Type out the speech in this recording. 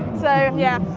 so yeah,